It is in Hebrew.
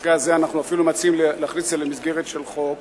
במקרה הזה אנחנו אפילו מציעים להכניס את זה למסגרת של חוק,